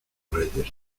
reyes